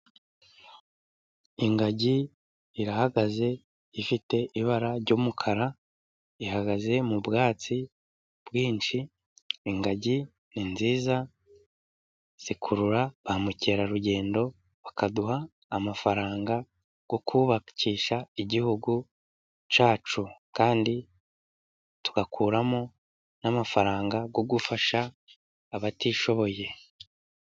Ingagi irahagaze, ifite ibara ry'umukara, ihagaze mu bwatsi bwinshi, ingagi ni nziza zikurura ba mukerarugendo bakaduha amafaranga yo kubakisha igihugu cyacu. Kandi tugakuramo n'amafaranga yo gufasha abatishoboye.